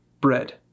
Bread